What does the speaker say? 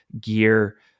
gear